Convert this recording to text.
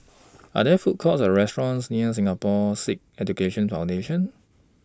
Are There Food Courts Or restaurants near Singapore Sikh Education Foundation